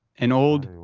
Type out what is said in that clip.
an old,